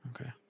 Okay